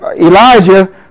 Elijah